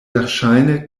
verŝajne